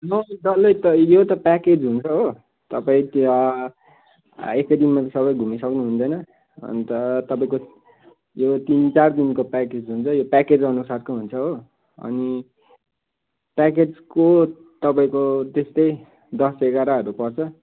म त डल्लै त यो त प्याकेज हुन्छ हो तपाईँ एकै दिनमा सबै घुम्नु सक्नुहुँदैन अन्त तपाईँको त्यो तिन चार दिनको प्याकेज हुन्छ यो प्याकेज अनुसारको हुन्छ हो अनि प्याकेजको तपाईँको त्यस्तै दस एघारहरू पर्छ